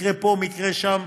מקרה פה ומקרה שם,